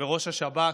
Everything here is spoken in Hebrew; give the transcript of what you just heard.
בראש השב"כ,